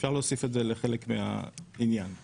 אפשר להוסיף את זה כחלק מן העניין.